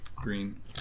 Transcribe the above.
Green